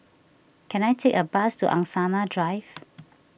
can I take a bus to Angsana Drive